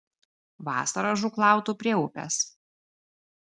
vasarą žūklautų prie upės